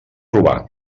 robar